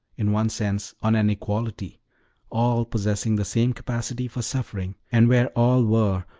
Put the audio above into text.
in one sense, on an equality all possessing the same capacity for suffering and where all were,